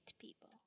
people